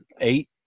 eight